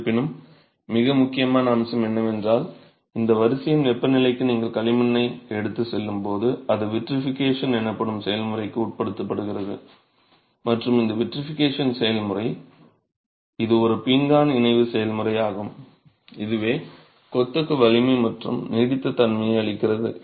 இருப்பினும் மிக முக்கியமான அம்சம் என்னவென்றால் இந்த வரிசையின் வெப்பநிலைக்கு நீங்கள் களிமண்ணை எடுத்துச் செல்லும்போது அது விட்ரிஃபிகேஷன் எனப்படும் செயல்முறைக்கு உட்படுகிறது மற்றும் அந்த விட்ரிஃபிகேஷன் செயல்முறை இது ஒரு பீங்கான் இணைவு செயல்முறை ஆகும் இதுவே கொத்துக்கு வலிமை மற்றும் நீடித்த தன்மையை அளிக்கிறது